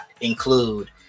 include